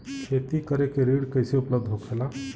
खेती करे के ऋण कैसे उपलब्ध होखेला?